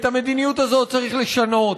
את המדיניות הזאת צריך לשנות.